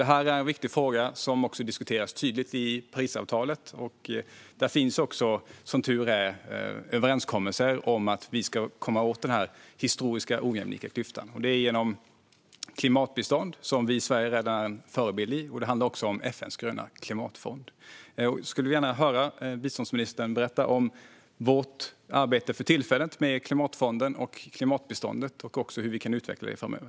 Detta är en viktig fråga som också diskuteras tydligt i Parisavtalet. Där finns också, som tur är, överenskommelser om att vi ska komma åt denna historiska ojämlika klyfta. Det ska ske genom klimatbistånd, där vi i Sverige redan är en förebild, och det handlar också om FN:s gröna klimatfond. Jag skulle gärna vilja höra biståndsministern berätta om Sveriges arbete för tillfället med klimatfonden och klimatbiståndet och om hur vi kan utveckla det framöver.